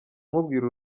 nkubwira